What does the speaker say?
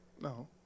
No